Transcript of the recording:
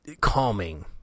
calming